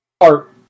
art